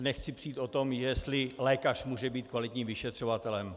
Nechci se přít o to, jestli lékař může být kvalitním vyšetřovatelem.